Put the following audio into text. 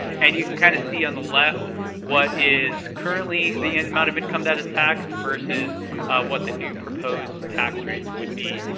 and you can kind of see on the left what is currently the amount of income that is taxed, versus what the new proposed tax rates would be.